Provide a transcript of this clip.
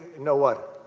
no one